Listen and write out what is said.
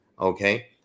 Okay